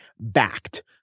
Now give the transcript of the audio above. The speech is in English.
backed